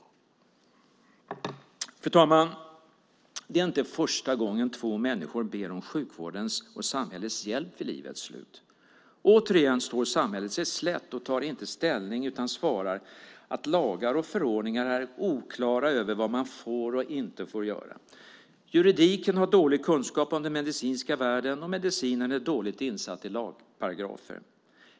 Fru talman! Det är inte första gången människor ber om sjukvårdens och samhällets hjälp vid livets slut. Men återigen står samhället sig slätt och tar inte ställning utan svarar att lagar och förordningar är oklara när det gäller vad man får och inte får göra. Juridiken har dålig kunskap om den medicinska världen, och medicinen är dåligt insatt i lagparagrafer.